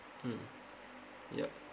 mm yup